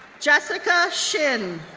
jessica shin,